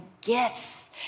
gifts